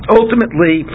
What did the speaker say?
ultimately